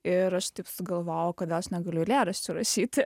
ir aš taip sugalvojau kad jos negaliu eilėraščių rašyti